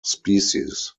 species